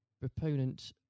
proponent